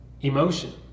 emotion